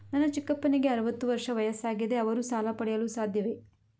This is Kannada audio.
ನನ್ನ ಚಿಕ್ಕಪ್ಪನಿಗೆ ಅರವತ್ತು ವರ್ಷ ವಯಸ್ಸಾಗಿದೆ ಅವರು ಸಾಲ ಪಡೆಯಲು ಸಾಧ್ಯವೇ?